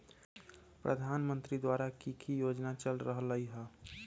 प्रधानमंत्री द्वारा की की योजना चल रहलई ह?